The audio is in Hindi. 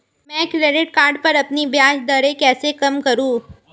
मैं क्रेडिट कार्ड पर अपनी ब्याज दरें कैसे कम करूँ?